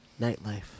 nightlife